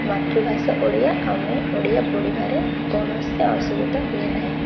ମାତୃଭାଷା ଓଡ଼ିଆ ଆମେ ଓଡ଼ିଆ ପଢ଼ିବାରେ କୌଣସି ଅସୁବିଧା ହୁଏ ନାହିଁ